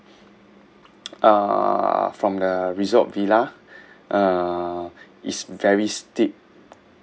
uh from the resort villa uh is very steep